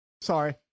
sorry